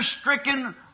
stricken